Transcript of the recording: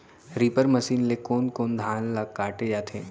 Reaper machine ले कोन कोन धान ल काटे जाथे?